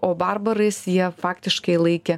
o barbarais jie faktiškai laikė